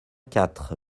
quatre